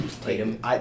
Tatum